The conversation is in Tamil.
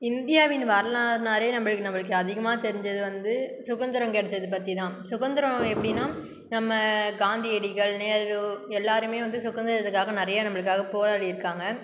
இந்தியாவின் வரலாறுனாலே நம்மளுக்கு நம்மளுக்கு அதிகமாக தெரிந்தது வந்து சுதந்திரம் கெடைச்சது பற்றி தான் சுதந்திரம் எப்படின்னா நம்ம காந்தியடிகள் நேரு எல்லோருமே வந்து சுதந்திரத்துக்காக நிறைய நம்மளுக்காக போராடி இருக்காங்க